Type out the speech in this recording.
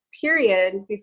period